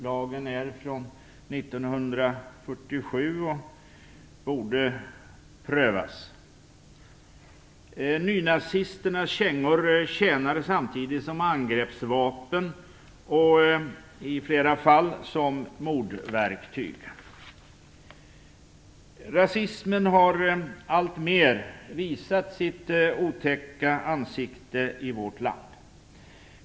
Lagen är från 1947 och borde prövas. Nynazisternas kängor tjänar samtidigt som angreppsvapen och i flera fall som mordverktyg. Rasismen har alltmer visat sitt otäcka ansikte i vår land.